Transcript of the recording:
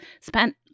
spent